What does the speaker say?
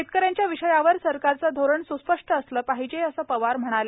शेतकऱ्यांच्या विषयावर सरकारचं धोरण सुस्पष्ट असलं पाहिजे असं पवार म्हणाले